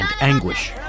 anguish